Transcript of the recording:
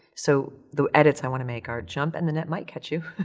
so the edits i want to make are, jump and the net might catch you,